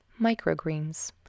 microgreens